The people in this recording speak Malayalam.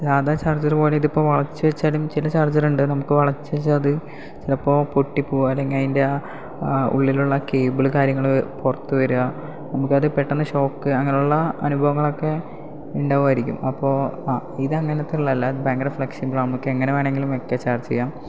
സാധാ ചാർജർ പോലെ ഇതിപ്പോൾ വളച്ച് വെച്ചാലും ചില ചാർജറുണ്ട് നമുക്ക് വളച്ച് വെച്ചാലത് ചിലപ്പോൾ പൊട്ടിപ്പോകും അല്ലെങ്കിൽ അതിൻ്റെ ആ ഉള്ളിലുള്ള കേബിൾ കാര്യങ്ങൾ പുറത്ത് വരുക നമുക്കത് പെട്ടെന്ന് ഷോക്ക് അങ്ങനുള്ള അനുഭവങ്ങളൊക്കെ ഉണ്ടാവുമായിരിക്കും അപ്പോൾ ഇത് അങ്ങനത്തുള്ളതല്ല ഇത് ഭയങ്കര ഫ്ലക്സിബിളാണ് നമുക്ക് എങ്ങനെ വേണമെങ്കിലും ഒക്കെ ചാർജ് ചെയ്യാം